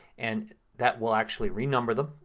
and that will actually renumber them.